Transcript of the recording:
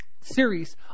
series